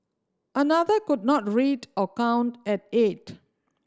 another could not read or count at eight